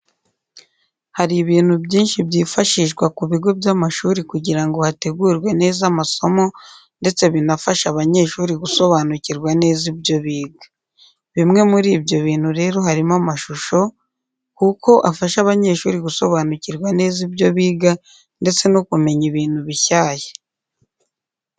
Hari ibintu byinshi byifashishwa ku bigo by’amashuri kugira ngo hategurwe neza amasomo ndetse binafashe abanyeshuri gusobabukirwa neza ibyo biga. Bimwe muri ibyo bintu rero harimo amashusho kuko afasha abanyeshuri gusobanukirwa neza ibyo biga ndetse no kumenya ibintu bishyashya.